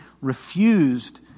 refused